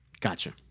Gotcha